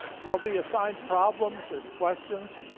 there'll be assigned problems and questions,